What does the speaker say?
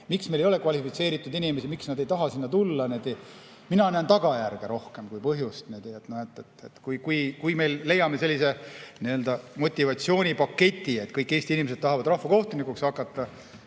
Miks meil ei ole kvalifitseeritud inimesi, miks nad ei taha sinna tulla? Mina näen tagajärge rohkem kui põhjust. Kui me leiame sellise motivatsioonipaketi, et kõik Eesti inimesed tahavad rahvakohtunikuks hakata,